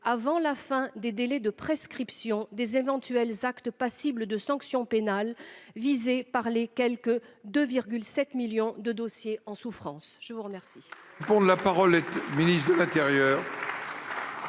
avant la fin des délais de prescription des éventuels actes, passibles de sanctions pénales, visés par les quelque 2,7 millions de dossiers en souffrance ? La parole